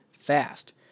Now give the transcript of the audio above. fast